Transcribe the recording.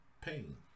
pain